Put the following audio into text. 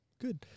Good